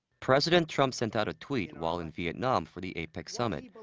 president trump sent out a tweet. while in vietnam for the apec summit.